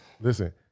Listen